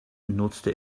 nutzte